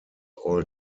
all